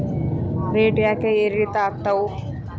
Rate ಯಾಕೆ ಏರಿಳಿತ ಆಗ್ತಾವ?